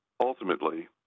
Ultimately